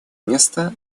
место